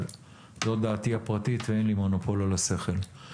אבל זו דעתי הפרטית ואין לי מונופול על השכל.